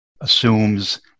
assumes